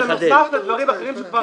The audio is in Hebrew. זה מוסדר בדברים אחרים שכבר קיימים.